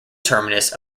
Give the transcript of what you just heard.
terminus